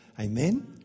Amen